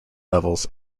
levels